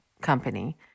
company